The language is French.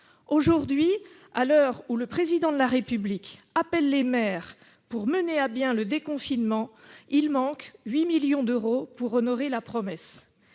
mesure. À l'heure où le Président de la République en appelle aux maires pour mener à bien le déconfinement, il manque 8 millions d'euros pour honorer cette promesse.